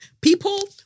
People